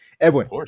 Edwin